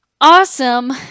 awesome